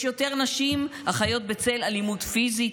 יש יותר נשים החיות בצל אלימות פיזית,